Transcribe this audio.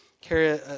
carry